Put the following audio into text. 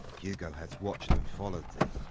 hugo hath watched and followed thee.